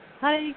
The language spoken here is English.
Hi